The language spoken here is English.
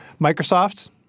Microsoft